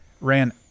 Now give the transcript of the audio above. ran